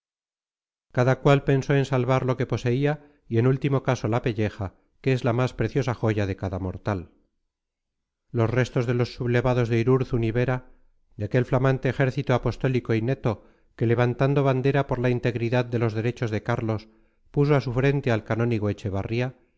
cada cual pensó en salvar lo que poseía y en último caso la pelleja que es la más preciosa joya de cada mortal los restos de los sublevados de irurzun y vera de aquel flamante ejército apostólico y neto que levantando bandera por la integridad de los derechos de carlos puso a su frente al canónigo echevarría